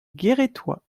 guérétois